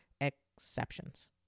exceptions